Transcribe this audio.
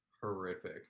horrific